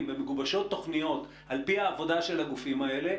ומגובשות תוכניות על פי העבודה של הגופים האלה,